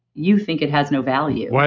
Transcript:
you think it has no value.